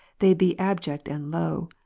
they be abject and low.